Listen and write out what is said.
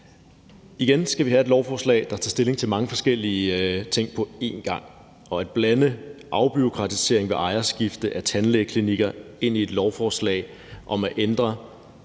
Igen skal vi have et lovforslag, der tager stilling til mange forskellige ting på en gang. At blande afbureaukratisering ved ejerskifte af tandlægeklinikker ind i et lovforslag om at ændre